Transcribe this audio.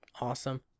awesome